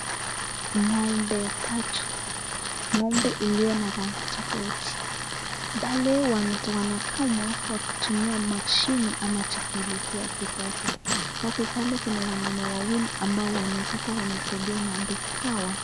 Ngombe tatu. Ng'ombe iliyo na rangi tofauti pale wanakwamwa wakitumia mashine ama teknolojia ya kisasa. Alafu pale kuna wanaume wawili ambao wanaeza kua wanasaidia ng'ombe hawa.